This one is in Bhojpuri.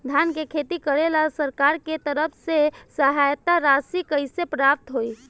धान के खेती करेला सरकार के तरफ से सहायता राशि कइसे प्राप्त होइ?